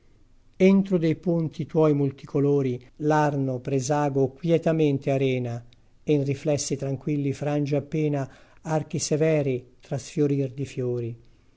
entro dei ponti tuoi multicolori l'arno presago quietamente arena e in riflessi tranquilli frange appena archi severi tra sfiorir di fiori